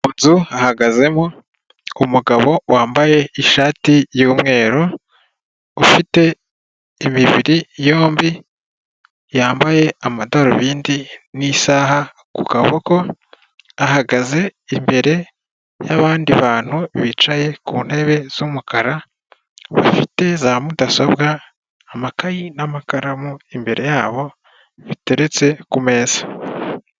Mu nzu ahagazemo umugabo wambaye ishati y'umweru ,ufite imibiri yombi, yambaye amadarubindi n'isaha ku kaboko, ahagaze imbere y'abandi bantu bicaye ku ntebe z'umukara, bafite za mudasobwa, amakayi n'amakaramu imbere yabo biteretse ku meza.